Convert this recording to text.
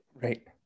Right